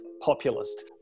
populist